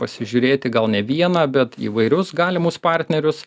pasižiūrėti gal ne vieną bet įvairius galimus partnerius